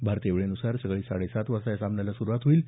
भारतीय वेळेन्सार सकाळी साडेसात वाजता सामन्याला सुरुवात होईल